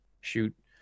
shoot